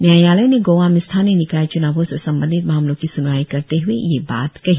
न्यायालय ने गोआ में स्थानीय निकाय च्नावों से संबंधित मामले की स्नवाई करते हए ये बात कही